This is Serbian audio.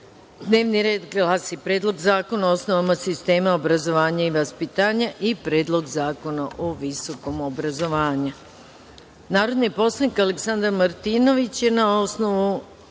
n i r e d:Predlog zakona o osnovama sistema obrazovanja i vaspitanja; Predlog zakona o visokom obrazovanju. Narodni poslanik dr Aleksandar Martinović, na osnovu